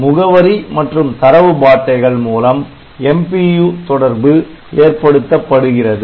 முகவரி மற்றும் தரவு பாட்டைகள் மூலம் MPU தொடர்பு ஏற்படுத்தப்படுகிறது